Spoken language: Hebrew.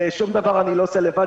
שום דבר אני לא עושה לבד,